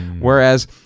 Whereas